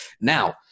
Now